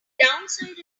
downside